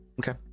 Okay